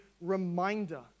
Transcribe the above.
reminder